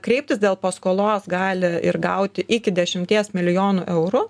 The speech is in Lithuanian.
kreiptis dėl paskolos gali ir gauti iki dešimties milijonų eurų